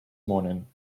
moaning